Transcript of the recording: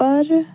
ਪਰ